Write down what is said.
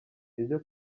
ibyo